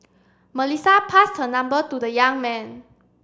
Melissa passed her number to the young man